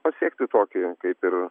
pasiekti tokį kaip ir